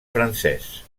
francès